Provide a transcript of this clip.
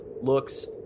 looks